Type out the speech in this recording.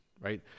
right